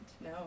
no